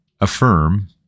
affirm